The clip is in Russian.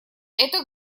эта